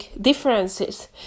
differences